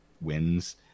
wins